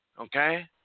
Okay